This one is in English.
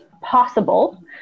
Possible